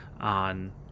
on